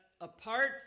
apart